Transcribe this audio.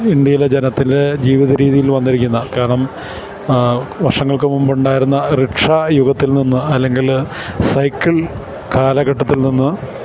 ഇന്ത്യയിലെ ജനത്തിന്റെ ജീവിതരീതിയിൽ വന്നിരിക്കുന്ന കാരണം വർഷങ്ങൾക്ക് മുമ്പുണ്ടായിരുന്ന റിക്ഷാ യുഗത്തിൽ നിന്ന് അല്ലെങ്കില് സൈക്കിൾ കാലഘട്ടത്തിൽ നിന്ന്